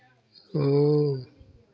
वो